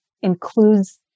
includes